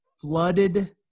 flooded